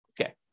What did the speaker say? Okay